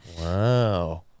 Wow